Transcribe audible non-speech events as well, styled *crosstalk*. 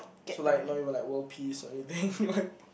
so like not even like world peace or anything *breath* you want